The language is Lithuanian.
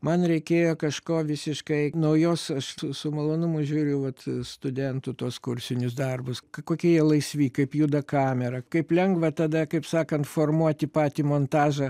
man reikėjo kažko visiškai naujos aš su malonumu žiūriu vat studentų tuos kursinius darbus kokie jie laisvi kaip juda kamera kaip lengva tada kaip sakant formuoti patį montažą